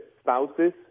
spouses